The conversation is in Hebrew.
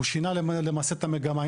הוא שינה למעשה את המגמה.